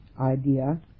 idea